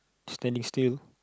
standing still